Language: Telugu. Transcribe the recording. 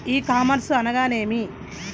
ఈ కామర్స్ అనగా నేమి?